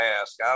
ask